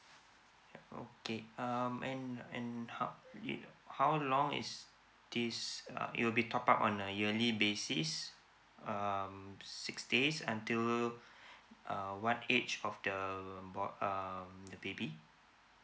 ya okay um and and how how long is this uh it will be top up on a yearly basis um six days until uh what age of the about um the baby